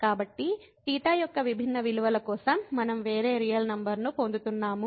కాబట్టి θ యొక్క విభిన్న విలువల కోసం మనం వేరే రియల్ నంబర్ ను పొందుతున్నాము